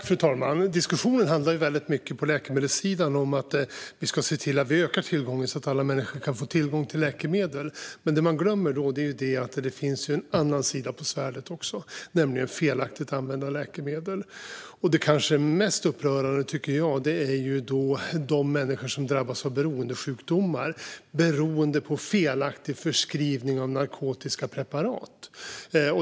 Fru talman! Diskussionen på läkemedelssidan handlar mycket om att vi ska öka tillgången så att alla människor kan få tillgång till läkemedel. Men det man glömmer då är att det finns en annan sida av svärdet, nämligen felaktigt använda läkemedel. Det kanske mest upprörande är de människor som drabbas av beroendesjukdomar på grund av felaktig förskrivning av narkotiska preparat.